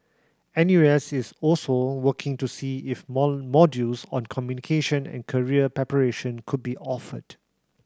N U S is also working to see if modules on communication and career preparation could be offered